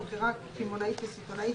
ומכירה קמעונאית וסיטונאית,